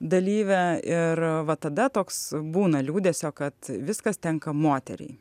dalyve ir va tada toks būna liūdesio kad viskas tenka moteriai